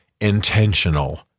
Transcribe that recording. intentional